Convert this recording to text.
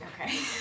Okay